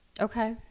okay